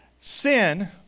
Sin